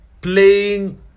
playing